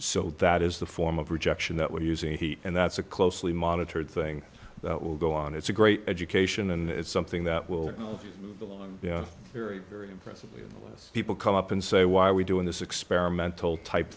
so that is the form of rejection that we're using heat and that's a closely monitored thing that will go on it's a great education and it's something that will be very very impressive as people come up and say why are we doing this experimental type